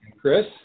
Chris